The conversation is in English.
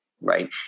Right